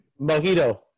Mojito